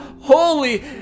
holy